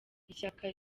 ishyaka